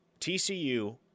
TCU